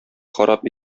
харап